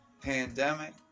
pandemic